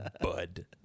bud